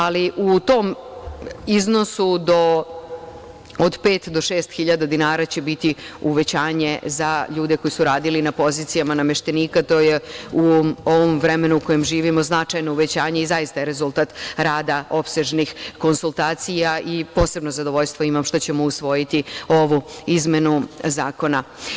Ali, u tom iznosu od 5.000 do 6.000 dinara će biti uvećanje za ljude koji su radili na pozicijama nameštenika, to je u ovom vremenu u kojem živimo značajno uvećanje i zaista je rezultat rada, opsežnih konsultacija i posebno zadovoljstvo imamo što ćemo usvojiti ovu izmenu zakona.